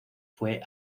fue